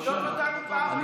תבדוק אותנו פעם אחת.